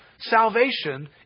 salvation